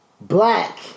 black